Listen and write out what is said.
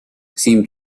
seemed